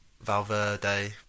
valverde